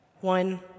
one